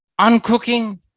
uncooking